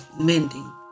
mending